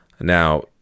Now